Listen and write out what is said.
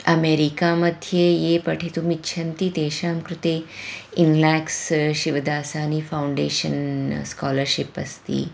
अमेरिकामध्ये ये पठितुम् इच्छन्ति तेषां कृते इन्लेक्स् शिवदासानि फ़ौण्डेशन् स्कालर्शिप् अस्ति